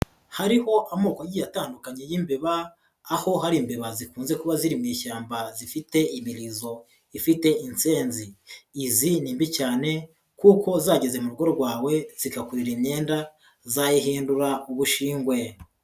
Hariho amoko agiye atandukanye y'imbeba, aho hari imbeba zikunze kuba ziri mu ishyamba zifite imirizo ifite insenzi, izi ni mbi cyane kuko zageze mu rugo rwawe zikakurira imyenda zayihindura ubushingwe.